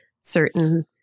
certain